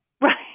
Right